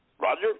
Roger